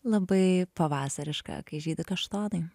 labai pavasariška kai žydi kaštonai